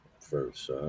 first